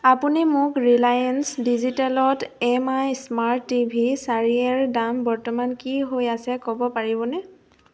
আপুনি মোক ৰিলায়েন্স ডিজিটেলত এম আই স্মাৰ্ট টিভি চাৰি এৰ দাম বৰ্তমান কি হৈ আছে ক'ব পাৰিবনে